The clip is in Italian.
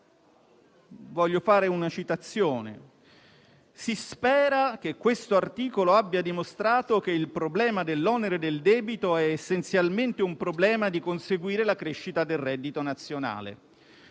Voglio fare una citazione: si spera che questo articolo abbia dimostrato che quello dell'onere del debito è essenzialmente il problema della crescita del reddito nazionale.